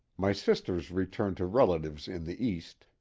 my sisters returned to relatives in the east,